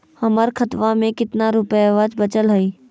हमर खतवा मे कितना रूपयवा बचल हई?